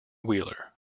wheeler